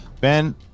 Ben